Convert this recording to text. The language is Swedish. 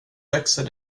växer